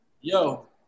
Yo